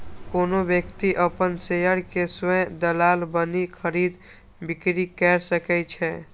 कोनो व्यक्ति अपन शेयर के स्वयं दलाल बनि खरीद, बिक्री कैर सकै छै